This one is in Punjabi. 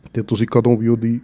ਅਤੇ ਤੁਸੀਂ ਕਦੋਂ ਵੀ ਉਹਦੀ